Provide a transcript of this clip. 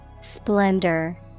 Splendor